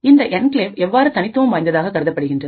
இந்த என்கிளேவ்எவ்வாறு தனித்துவம் வாய்ந்ததாக கருதப்படுகின்றது